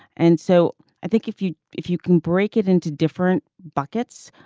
and so i think if you if you can break it into different buckets.